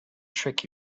trick